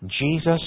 Jesus